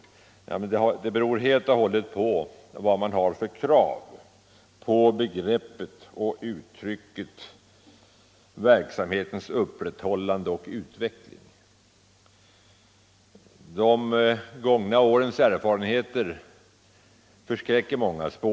Inställningen i det här fallet beror helt och hållet på vilka krav man har när man talar om ”verksamhetens upprätthållande och utveckling”. De gångna årens erfarenheter förskräcker många.